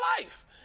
life